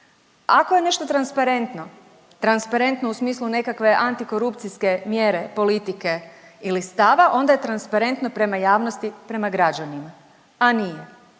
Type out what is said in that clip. Ako je nešto transparentno, transparentno u smislu nekakve antikorupcijske mjere politike ili stava, onda je transparentno prema javnosti, prema građanima, a nije.